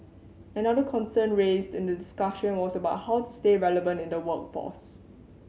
another concern raised in this discussion was about how to stay relevant in the workforce